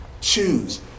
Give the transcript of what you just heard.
choose